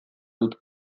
dut